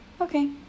Okay